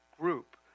group